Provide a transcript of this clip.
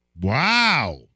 Wow